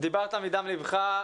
דיברת מדם ליבך.